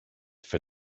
for